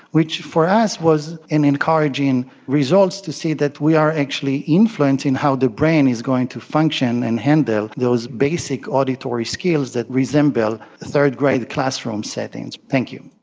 which for us was an encouraging result to see that we are actually influencing how the brain is going to function and handle those basic auditory skills that resemble third grade classroom settings. thank you.